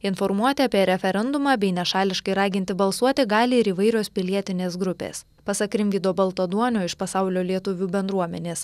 informuoti apie referendumą bei nešališkai raginti balsuoti gali ir įvairios pilietinės grupės pasak rimvydo baltaduonio iš pasaulio lietuvių bendruomenės